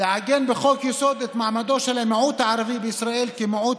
"לעגן בחוק-יסוד את מעמדו של המיעוט הערבי בישראל כמיעוט